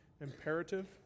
imperative